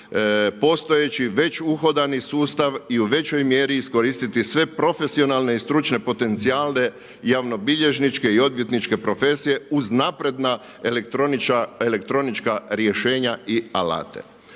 postojeći već uhodani sustav i u većoj mjeri iskoristiti sve profesionalne i stručne potencijale javnobilježničke i odvjetničke profesije uz napredna elektronička rješenja i alate.